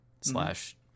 slash